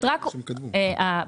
ינון,